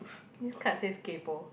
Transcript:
this card says kaypo